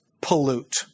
pollute